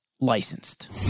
licensed